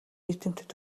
эрдэмтэд